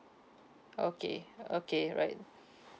okay okay alright